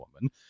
woman